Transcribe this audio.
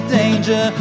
danger